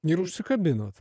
ir užsikabinot